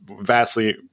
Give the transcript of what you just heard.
vastly